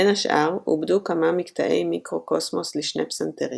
בין השאר עובדו כמה מקטעי "מיקרוקוסמוס" לשני פסנתרים,